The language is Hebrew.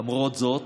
למרות זאת,